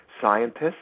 scientists